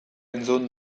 entzun